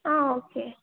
okay